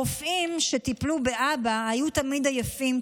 הרופאים שטיפלו באבא היו תמיד עייפים,